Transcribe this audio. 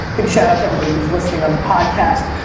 big shout out to everybody who's listening on the podcast.